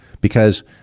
because-